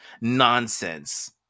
nonsense